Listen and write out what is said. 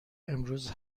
امروز